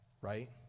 right